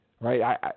right